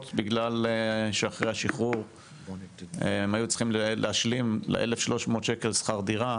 בגלל שאחרי השחרור הם היו צריכים להשלים ל-1,300 שקל שכר דירה